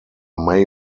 may